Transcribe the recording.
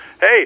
Hey